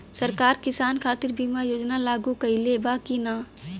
सरकार किसान खातिर बीमा योजना लागू कईले बा की ना?